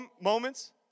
moments